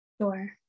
Sure